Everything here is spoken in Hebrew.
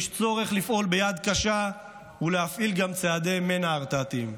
יש צורך לפעול ביד קשה ולהפעיל גם צעדי מנע הרתעתיים.